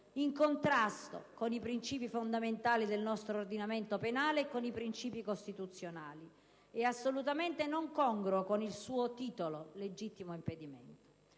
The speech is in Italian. in contrasto con i principi fondamentali del nostro ordinamento penale e con i principi costituzionali ed assolutamente non congruo con il suo titolo di legittimo impedimento.